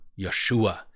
Yeshua